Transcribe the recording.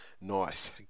nice